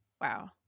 Wow